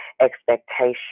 expectation